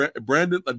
Brandon